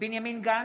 בנימין גנץ,